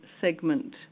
segment